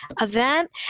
event